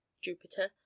Jupiter